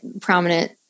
prominent